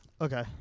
Okay